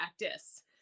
practice